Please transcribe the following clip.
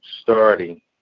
starting